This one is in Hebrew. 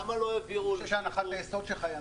אני חושב שהנחת היסוד שלך,